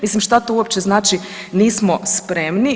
Mislim šta to uopće znači nismo spremni?